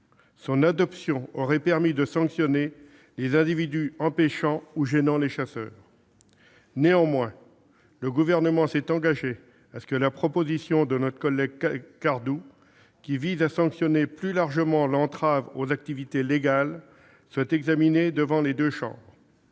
Son adoption aurait permis de sanctionner les individus empêchant ou gênant les chasseurs. Néanmoins, le Gouvernement s'est engagé à ce que la proposition de loi de notre collègue Cardoux, qui vise à sanctionner plus largement l'entrave aux activités légales, soit examinée devant les deux chambres.